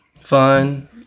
fun